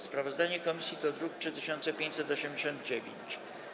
Sprawozdanie komisji to druk nr 3589.